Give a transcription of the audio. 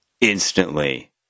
instantly